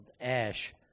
ash